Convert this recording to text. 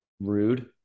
rude